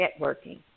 networking